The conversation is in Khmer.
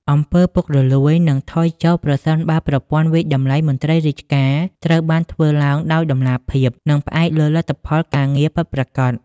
អំពើពុករលួយ នឹងថយចុះ ប្រសិនបើប្រព័ន្ធវាយតម្លៃមន្ត្រីរាជការត្រូវបានធ្វើឡើងដោយតម្លាភាព និងផ្អែកលើលទ្ធផលការងារពិតប្រាកដ។